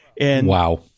Wow